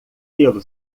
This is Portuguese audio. pelo